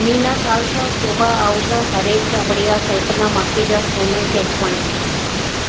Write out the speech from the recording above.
Meena Khalsa Shobha Ahuja Haresh Chhabria Kalpana Makhija Sonu Keswani